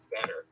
better